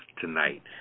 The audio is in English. tonight